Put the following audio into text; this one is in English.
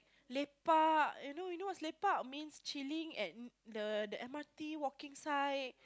lepak eh you know you know what's lepak mean chilling at the the M_R_T walking side